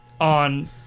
on